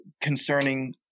concerning